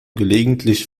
gelegentlich